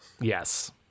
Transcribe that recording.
Yes